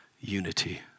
unity